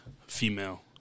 female